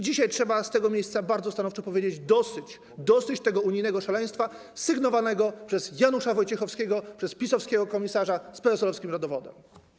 Dzisiaj trzeba z tego miejsca bardzo stanowczo powiedzieć: dosyć, dosyć tego unijnego szaleństwa sygnowanego przez Janusza Wojciechowskiego, przez PiS-owskiego komisarza z PSL-owskim rodowodem.